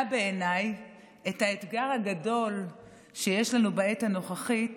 בעיניי את האתגר הגדול שיש לנו בעת הנוכחית